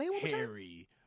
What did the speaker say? Harry